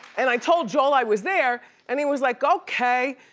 and i told joel i was there and he was like okay,